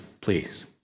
please